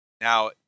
Now